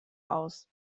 aus